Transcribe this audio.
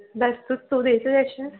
ਬਸ ਤੂੰ ਤੂੰ ਦੇ ਸੁਜੈਸ਼ਨ